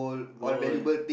gold